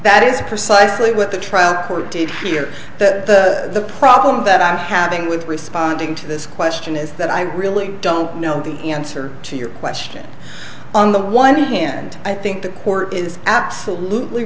that is precisely what the trial court did here that the problem that i'm having with responding to this question is that i really don't know the answer to your question on the one hand i think the court is absolutely